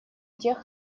тех